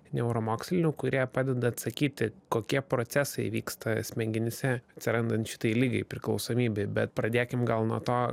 neuromokslininkų kurie padeda atsakyti kokie procesai vyksta smegenyse atsirandant šitai ligai priklausomybei bet pradėkim gal nuo to